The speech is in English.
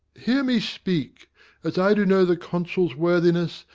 hear me speak as i do know the consul's worthiness,